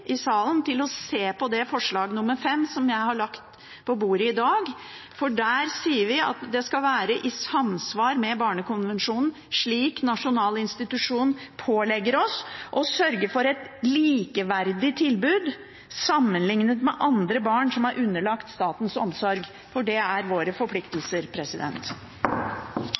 i salen til å se på forslag nr. 5, som jeg har lagt på bordet i dag, for der sier vi at det skal være i samsvar med barnekonvensjonen, slik Nasjonal institusjon for menneskerettigheter pålegger oss, og sørge for et likeverdig tilbud sammenlignet med andre barn som er underlagt statens omsorg – for det er våre forpliktelser.